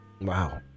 Wow